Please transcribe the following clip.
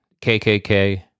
KKK